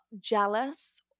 jealous